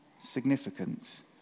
significance